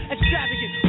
Extravagant